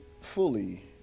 fully